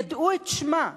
ידעו את שמה,